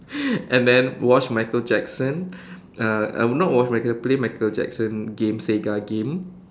and then watch Michael Jackson uh uh not watch Michael Jackson play Michael Jackson game Sega game